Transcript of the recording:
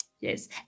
yes